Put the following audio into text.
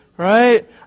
Right